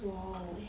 !whoa!